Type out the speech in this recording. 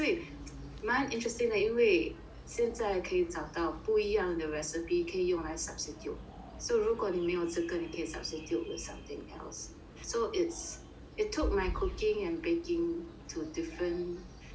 蛮 interesting 的因为现在可以找到不一样的 recipe 可以用来 substitute so 如果你没有这个你可以 substitute with something else so it's it took my cooking and baking to different